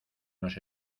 nos